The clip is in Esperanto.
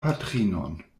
patrinon